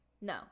No